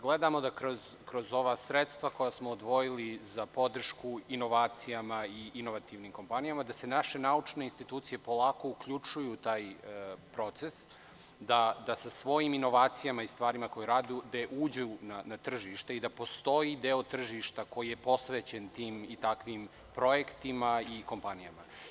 Gledamo da kroz ova sredstva koja smo odvojili za podršku inovacijama i inovativnim kompanijama da se naše naučne institucije polako uključuju u taj proces, da sa svojim inovacijama i stvarima koje rade uđu na tržište i da postoji deo tržišta koji je posvećen tim i takvim projektima i kompanijama.